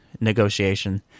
negotiation